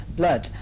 blood